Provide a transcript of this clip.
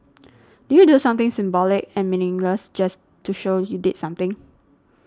do you do something symbolic and meaningless just to show you did something